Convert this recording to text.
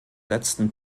letzten